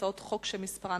הצעות חוק שמספרן